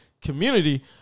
community